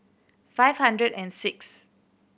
five hundred and sixth